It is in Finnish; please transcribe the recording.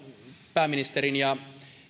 pääministerin ja